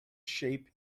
shape